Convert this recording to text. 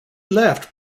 left